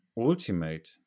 ultimate